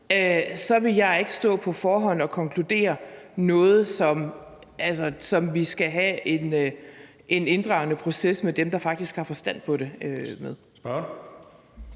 vil jeg ikke på forhånd stå og konkludere noget, som vi skal have en inddragende proces om med dem, der faktisk har forstand på det.